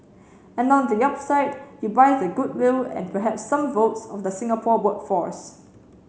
and on the upside you buy the goodwill and perhaps some votes of the Singapore workforce